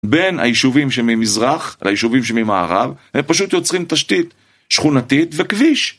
בין היישובים שממזרח ליישובים שממערב, הם פשוט יוצרים תשתית שכונתית וכביש.